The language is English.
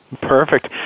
Perfect